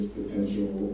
potential